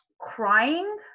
crying